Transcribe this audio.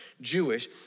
Jewish